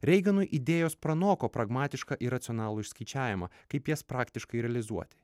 reiganui idėjos pranoko pragmatišką ir racionalų išskaičiavimą kaip jas praktiškai realizuoti